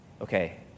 Okay